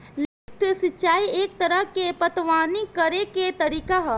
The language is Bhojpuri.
लिफ्ट सिंचाई एक तरह के पटवनी करेके तरीका ह